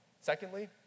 Secondly